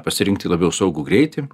pasirinkti labiau saugų greitį